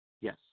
Yes